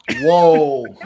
Whoa